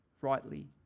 rightly